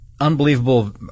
unbelievable